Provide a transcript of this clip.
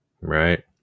Right